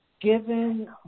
given